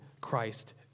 Christ